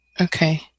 Okay